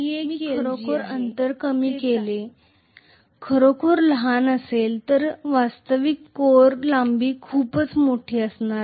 मी खरोखर अंतर कमी केले खरोखर लहान असेल तर वास्तविक कोर लांबी खूपच मोठी असणार आहे